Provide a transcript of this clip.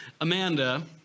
Amanda